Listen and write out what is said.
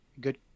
good